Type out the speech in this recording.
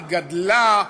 היא גדלה,